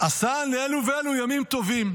-- עשאן לאלו ואלו ימים טובים.